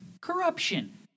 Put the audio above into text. corruption